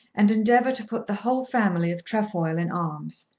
and endeavour to put the whole family of trefoil in arms.